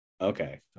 okay